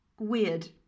weird